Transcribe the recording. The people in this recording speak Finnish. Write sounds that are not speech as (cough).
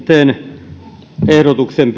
teen ehdotuksen (unintelligible)